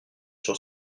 sur